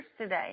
today